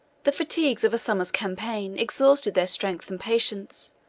the fatigues of a summer's campaign exhausted their strength and patience,